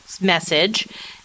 message